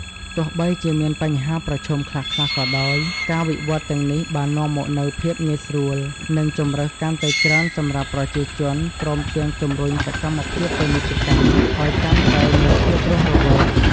ទោះបីជាមានបញ្ហាប្រឈមខ្លះៗក៏ដោយ ការវិវត្តន៍ទាំងនេះបាននាំមកនូវភាពងាយស្រួល និងជម្រើសកាន់តែច្រើនសម្រាប់ប្រជាជន ព្រមទាំងជំរុញសកម្មភាពពាណិជ្ជកម្មឲ្យកាន់តែមានភាពរស់រវើក។